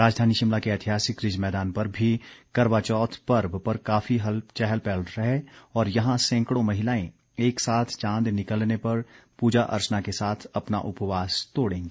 राजधानी शिमला के एतिहासिक रिज मैदान पर भी करवा चौथ पर्व पर काफी चहल पहल है और यहां सैंकड़ों महिलाएं एक साथ चांद निकलने पर पूजा अर्चना के साथ अपना उपवास तोड़ेंगी